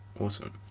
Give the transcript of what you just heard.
Awesome